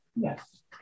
Yes